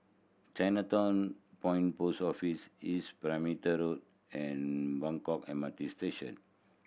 Chinatown Point Post Office East Perimeter Road and Buangkok M R T Station